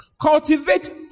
cultivate